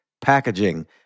packaging